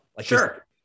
Sure